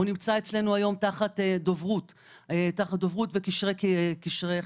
הוא נמצא היום אצלנו תחת דוברות וקשרי משהו,